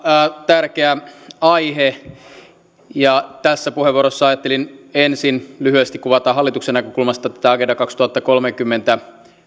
tärkeä aihe tässä puheenvuorossa ajattelin ensin lyhyesti kuvata hallituksen näkökulmasta tätä agenda kaksituhattakolmekymmentä